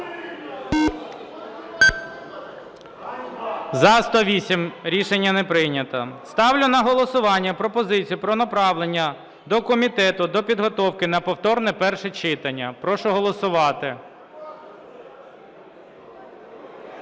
За-108 Рішення не прийнято. Ставлю на голосування пропозицію про направлення до комітету до підготовки на повторне перше читання. Прошу голосувати.